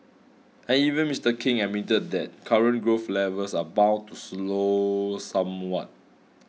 and even Mister King admitted that current growth levels are bound to slow somewhat